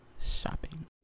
shopping